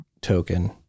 token